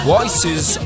Voices